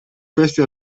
questi